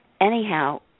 Anyhow